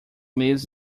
lives